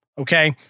Okay